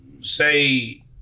say